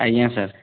ଆଜ୍ଞା ସାର୍